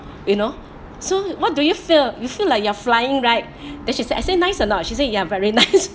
you know so what do you feel you feel like you are flying right then she said I say nice or not she says ya very nice